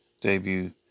debut